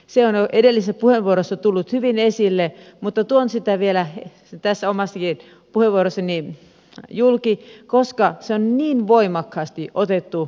se on edellisessä puheenvuorossa tullut hyvin esille mutta tuon sitä vielä tässä omassakin puheenvuorossani julki koska se on niin voimakkaasti otettu esille